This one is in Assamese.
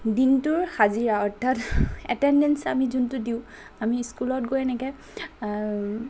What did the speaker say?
দিনটোৰ হাজিৰা অৰ্থাৎ এটেণ্ডেঞ্চ আমি যিটো দিওঁ আমি স্কুলত গৈ এনেকৈ